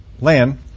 land